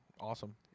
Awesome